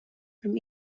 from